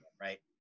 Right